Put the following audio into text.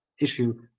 issue